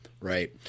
Right